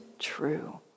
true